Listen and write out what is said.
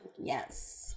Yes